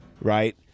right